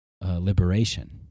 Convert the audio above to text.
liberation